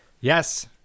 Yes